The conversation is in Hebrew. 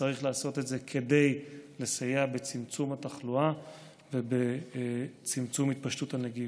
וצריך לעשות את זה כדי לסייע בצמצום התחלואה ובצמצום התפשטות הנגיף.